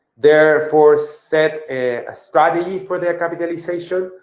therefore, set a ah strategy for the capitalization.